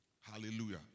Hallelujah